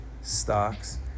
stocks